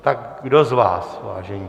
Tak kdo z vás, vážení?